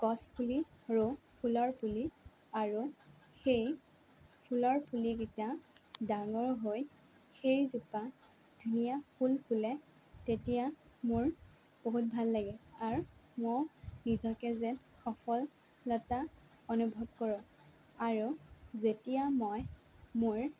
গছপুলি ৰুওঁ ফুলৰপুলি আৰু সেই ফুলৰপুলি কেইটা ডাঙৰ হৈ সেইজোপা ধুনীয়া ফুল ফুলে তেতিয়া মোৰ বহুত ভাল লাগে আৰু মই নিজকে যেন সফলতা অনুভৱ কৰোঁ আৰু যেতিয়া মই মোৰ